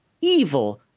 evil